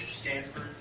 Stanford